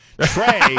Trey